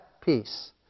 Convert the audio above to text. peace